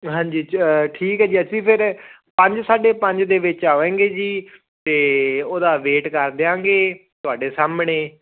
ਹਾਂਜੀ ਠੀਕ ਹੈ ਅਸੀਂ ਫਿਰ ਪੰਜ ਸਾਢੇ ਪੰਜ ਦੇ ਵਿੱਚ ਆਵਾਂਗੇ ਜੀ ਅਤੇ ਉਹਦਾ ਵੇਟ ਕਰ ਦਿਆਂਗੇ ਤੁਹਾਡੇ ਸਾਹਮਣੇ